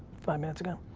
five minutes ago,